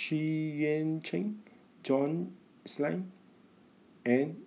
Xu Yuan Zhen John Clang and